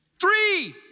Three